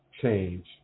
change